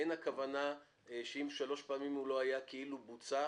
אין הכוונה שאם שלוש פעמים הוא לא היה זה כאילו בוצע?